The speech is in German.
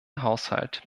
haushalt